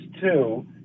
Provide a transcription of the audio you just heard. two